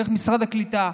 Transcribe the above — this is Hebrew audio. דרך משרד הקליטה.